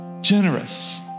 generous